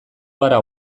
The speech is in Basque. gara